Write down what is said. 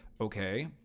okay